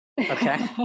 okay